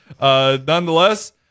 Nonetheless